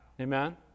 Amen